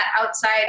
outside